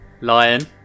Lion